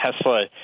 Tesla